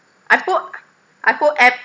I put I put air~